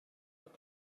what